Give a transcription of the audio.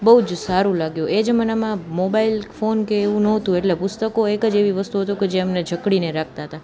બહુ જ સારું લાગ્યું એ જમાનામાં મોબાઈલ ફોન કે એવું નોહતું એટલે પુસ્તકો એક જ એવી વસ્તુ હતું જે અમને જકડીને રાખતા હતા